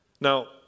Now